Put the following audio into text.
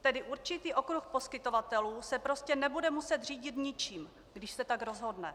Tedy určitý okruh poskytovatelů se prostě nebude muset řídit ničím, když se tak rozhodne.